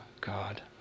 God